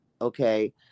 Okay